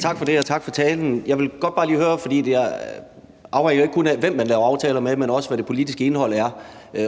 Tak for det, og tak for talen. Jeg vil godt bare lige høre noget. For det afhænger jo ikke kun af, hvem man laver aftaler med, men også hvad det politiske indhold er,